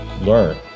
learn